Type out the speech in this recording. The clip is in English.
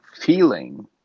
feeling